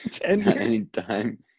anytime